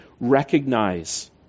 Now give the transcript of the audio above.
recognize